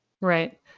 Right